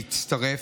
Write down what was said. שהצטרף.